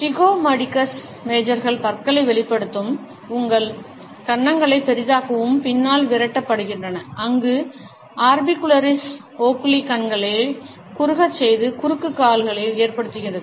zygomaticus மேஜர்கள் பற்களை வெளிப்படுத்தவும் உங்கள் கன்னங்களை பெரிதாக்கவும் பின்னால் விரட்டப்படுகின்றன அங்கு ஆர்பிகுலரிஸ் ஓக்குலி கண்களை குறுகச் செய்து குறுக்கு கால்களை ஏற்படுத்துகிறது